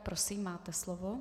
Prosím, máte slovo.